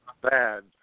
bad